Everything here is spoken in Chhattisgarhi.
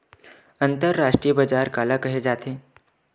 अंतरराष्ट्रीय बजार काला कहे जाथे?